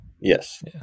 Yes